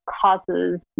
causes